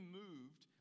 moved